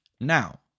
Now